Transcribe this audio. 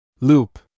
Loop